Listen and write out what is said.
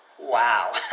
Wow